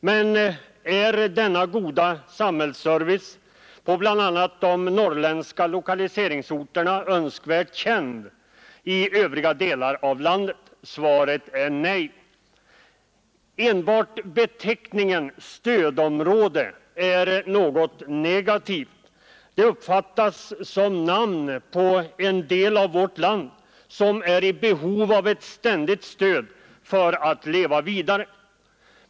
Men är denna goda samhällsservice på bl.a. de norrländska lokaliseringsorterna önskvärt känd i övriga delar av landet? Svaret är nej. Enbart beteckningen stödområde är något negativt. Det uppfattas som namn på en del av vårt land som är i behov av ett ständigt stöd för att leva vidare.